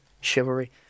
chivalry